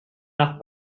nach